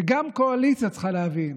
גם קואליציה צריכה להבין